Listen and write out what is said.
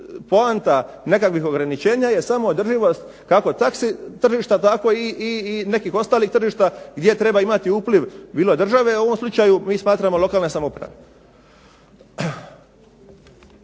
poanta nekakvih ograničenja je samo održivost kako taksi tržišta, tako i nekih ostalih tržišta gdje treba imati upliv bilo države u ovom slučaju, mi smatramo lokalne samouprave.